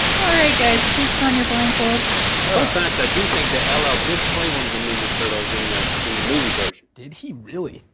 all right guys, please put on your blindfolds. fun fact, i do think that ll ll did play one of the ninja turtles in like in the movie version. did he really?